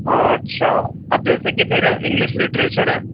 اچھا اب جیسے کہ پھر انگلش لٹریچر ہے